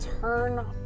turn